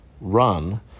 run